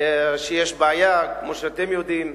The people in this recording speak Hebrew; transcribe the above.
כשיש בעיה, כמו שאתם יודעים,